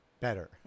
better